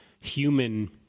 human